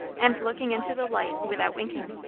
and looking into the light without winking.